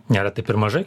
neretai taip ir mažai